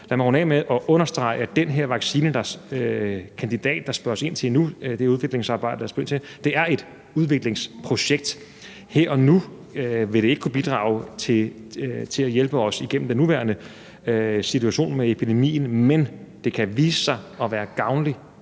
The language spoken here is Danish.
Lad mig runde af med at understrege, at den her vaccinekandidat, som der spørges ind til nu, og det udviklingsarbejde, som der spørges ind til, er et udviklingsprojekt. Her og nu vil det ikke kunne bidrage til at hjælpe os igennem den nuværende situation med epidemien, men det kan vise sig at være gavnligt